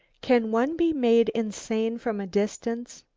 can one be made insane from a distance?